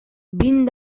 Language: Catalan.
vint